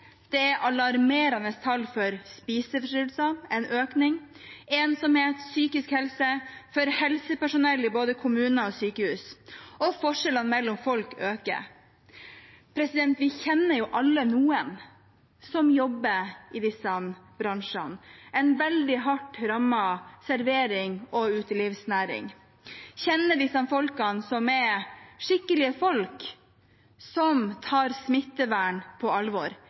Det er alarmerende tall for spiseforstyrrelser – en økning. Det er ensomhet, konsekvenser for psykisk helse og for helsepersonell i både kommuner og sykehus, og forskjellene mellom folk øker. Vi kjenner alle noen som jobber i disse bransjene, bl.a. en veldig hardt rammet serverings- og utelivsnæring. Vi kjenner disse folkene, det er skikkelige folk som tar smittevern på alvor.